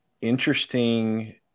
interesting